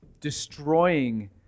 Destroying